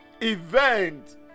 Event